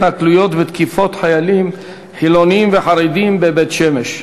התנכלויות ותקיפות חיילים חילונים וחרדים בבית-שמש.